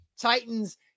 Titans